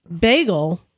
Bagel